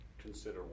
consider